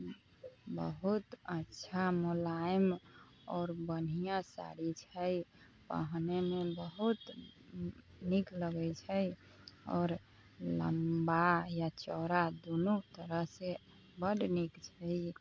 बहुत अच्छा मुलायम आओर बढ़िऑं साड़ी छै पहिरेमे बहुत नीक लगै छै आओर लम्बा या चौड़ा दुनू तरहसँ बड्ड नीक छै